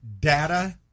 data